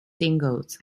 singles